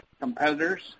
competitors